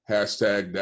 Hashtag